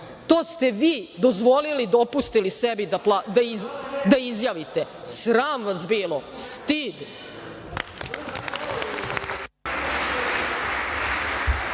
To ste vi dozvolili, dopustili sebi da izjavite. Sram vas bilo, stid.